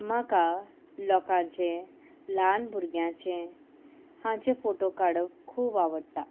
म्हाका लोकांचे ल्हान भुरग्यांचे हांचे फोटो काडप खूब आवडटा